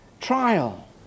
Trial